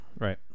right